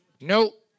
Nope